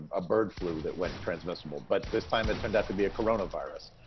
a bird flu that went transmissible. but this time it turned out to be a coronavirus.